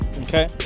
Okay